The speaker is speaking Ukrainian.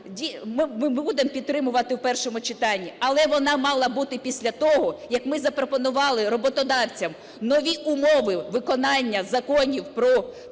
ми будемо підтримувати в першому читанні, - але вона мала бути після того, як ми запропонували роботодавцям нові умови виконання законів про працю